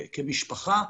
כמשפחה.